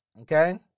Okay